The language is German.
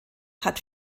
hat